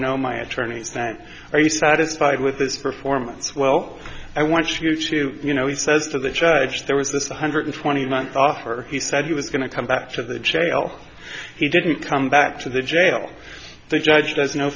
know my attorneys that are you satisfied with his performance well i want you to you know he says to the judge there was this one hundred twenty month offer he said he was going to come back to the jail he didn't come back to the jail the judge